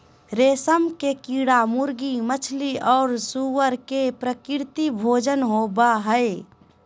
रेशम के कीड़ा मुर्गी, मछली और सूअर के प्राकृतिक भोजन होबा हइ